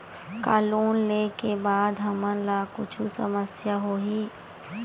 का लोन ले के बाद हमन ला कुछु समस्या होही?